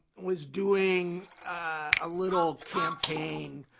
was doing a little campaign